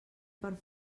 per